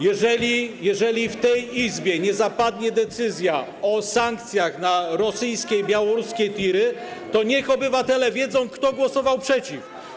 Jeżeli w tej Izbie nie zapadnie decyzja o sankcjach na rosyjskie i białoruskie tiry, to niech obywatele wiedzą, kto głosował przeciw.